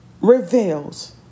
reveals